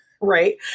Right